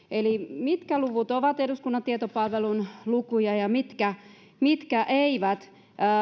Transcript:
eli mitkä luvut ovat eduskunnan tietopalvelun lukuja ja mitkä mitkä eivät